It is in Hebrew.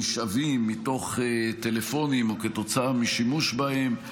שנשאבים מתוך טלפונים או כתוצאה משימוש בהם.